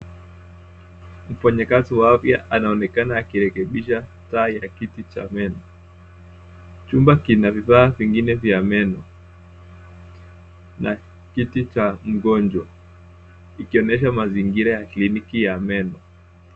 Mfanyakazi wa afya anaonekana akirekebisha taa ya kiti cha meno. Chumba kina vifaa vingine vya meno, na kiti cha mgonjwa. Ikionyesha mazingira ya kliniki ya meno.